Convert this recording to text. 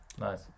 nice